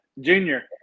Junior